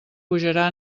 pujarà